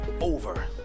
Over